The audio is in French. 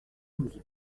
douze